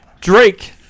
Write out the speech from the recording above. Drake